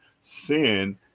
sin